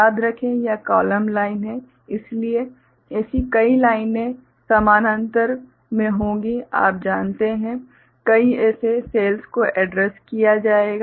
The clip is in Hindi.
याद रखें यह कॉलम लाइन है इसलिए ऐसी कई लाइनें समानांतर में होंगी आप जानते हैं कई ऐसे सेल्स को एड्रैस्ड किया जाएगा